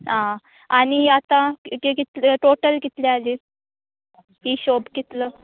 आं आनी आतां पे कितले टॉटल कितली जाली हिशोब कितलो